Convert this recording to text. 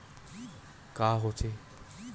का होथे?